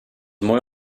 mooi